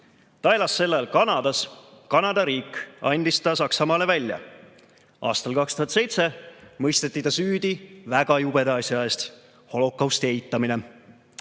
Ta elas sel ajal Kanadas, Kanada riik andis ta Saksamaale välja. Aastal 2007 mõisteti ta süüdi väga jubeda asja eest, holokausti eitamise